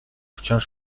wciąż